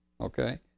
okay